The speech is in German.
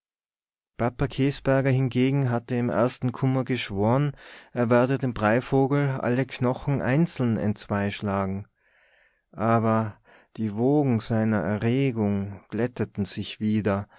käsberger hingegen hatte im ersten kummer geschworen er werde dem breivogel alle knochen einzeln entzweischlagen aber die wogen seiner erregung glätteten sich wieder